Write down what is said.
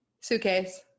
Suitcase